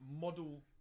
model